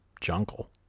jungle